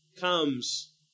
comes